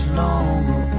longer